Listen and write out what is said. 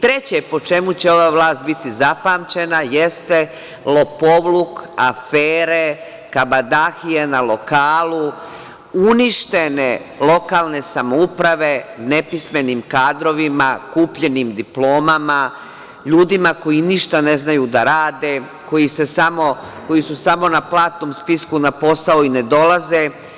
Treće po čemu će ova vlast biti zapamćena jeste lopovluk, afere, kabadahije na lokalu, uništene lokalne samouprave nepismenim kadrovima, kupljenim diplomama, ljudima koji ništa ne znaju da rade, koji su samo na platnom spisku, na posao i ne dolaze.